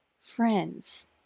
friends